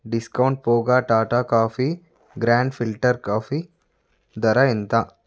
discount పోగా Tata coffee grand filter coffee ధర ఎంత